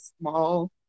small